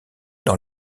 dans